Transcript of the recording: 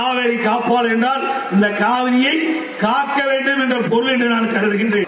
காவிரி காப்பாள் என்றால் இந்த காவிரியைக் காக்க வேண்டும் என்ற பொருளை நான் கருதகிறேன்